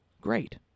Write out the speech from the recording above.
great